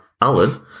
Alan